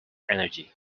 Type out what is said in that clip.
energy